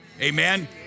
Amen